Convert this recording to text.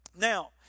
Now